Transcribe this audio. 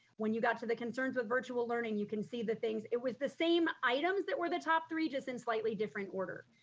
when you got to the concerns with virtual learning you can see the things, it was the same items that were the top three, just in slightly different order.